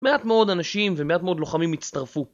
מעט מאוד אנשים ומעט מאוד לוחמים הצטרפו